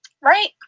Right